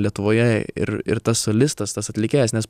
lietuvoje ir ir tas solistas tas atlikėjas nes